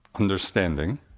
understanding